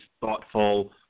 thoughtful